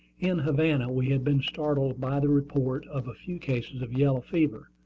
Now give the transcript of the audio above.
in havana we had been startled by the report of a few cases of yellow fever,